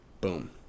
Boom